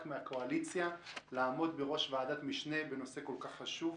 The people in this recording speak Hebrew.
מהקואליציה לעמוד בראש ועדת משנה בנושא כל כך חשוב.